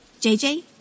JJ